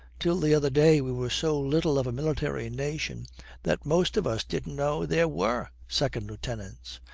till the other day we were so little of a military nation that most of us didn't know there were second lieutenants.